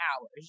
hours